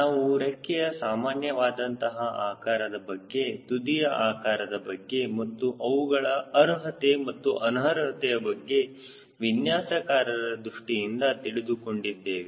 ನಾವು ರೆಕ್ಕೆಯ ಸಾಮಾನ್ಯ ವಾದಂತಹ ಆಕಾರದ ಬಗ್ಗೆ ತುದಿಯ ಆಕಾರದ ಬಗ್ಗೆ ಮತ್ತು ಅವುಗಳ ಅರ್ಹತೆ ಮತ್ತು ಅನರ್ಹತೆ ಬಗ್ಗೆ ವಿನ್ಯಾಸಕಾರರ ದೃಷ್ಟಿಯಿಂದ ತಿಳಿದುಕೊಂಡಿದ್ದೇವೆ